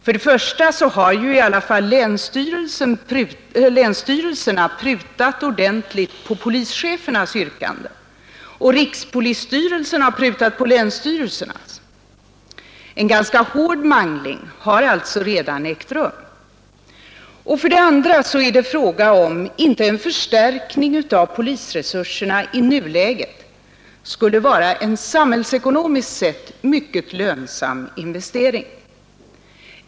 För det första har ändå länsstyrelserna prutat ordentligt på polischefernas yrkanden, och rikspolisstyrelsen har prutat på länsstyrelsernas. En ganska hård mangling har alltså redan ägt rum. För det andra är frågan huruvida inte en förstärkning av polisresurserna i nuläget skulle vara en samhällsekonomiskt sett mycket lönsam investering.